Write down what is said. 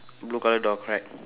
blue colour door correct